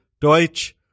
Deutsch